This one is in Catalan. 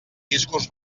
discurs